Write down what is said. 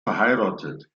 verheiratet